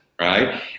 right